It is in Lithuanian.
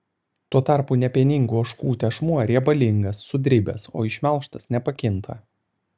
tuo tarpu nepieningų ožkų tešmuo riebalingas sudribęs o išmelžtas nepakinta